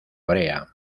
brea